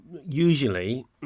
usually